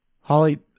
Holly